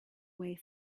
way